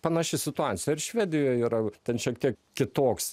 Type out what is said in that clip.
panaši situacija ir švedijoj yra ten šiek tiek kitoks